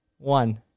One